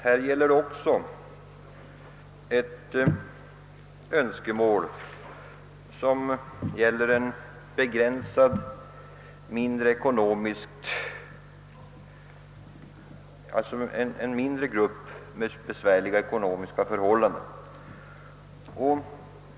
Här gäller det också ett önskemål som avser en mindre grupp som befinner sig i besvärliga ekonomiska förhållanden.